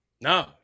No